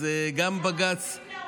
אז למה אתם רוצים להרוס אותו?